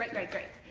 great, great, great.